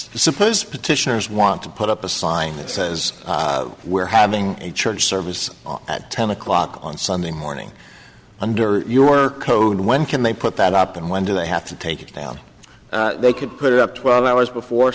suppose petitioners want to put up a sign that says we're having a church service at ten o'clock on sunday morning under your code when can they put that up and when do they have to take it down they could put it up twelve hours before